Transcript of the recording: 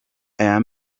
aya